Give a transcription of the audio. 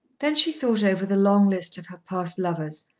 then she thought over the long list of her past lovers,